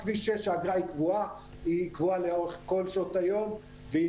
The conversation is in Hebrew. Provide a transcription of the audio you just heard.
בכביש 6 האגרה קבועה לאורך כל שעות היום והיא